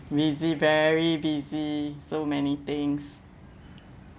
busy very busy so many things